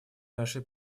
нашей